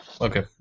okay